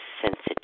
sensitive